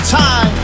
time